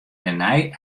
dêrnei